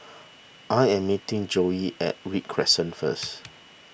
I am meeting Joey at Read Crescent first